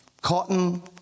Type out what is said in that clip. Cotton